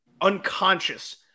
unconscious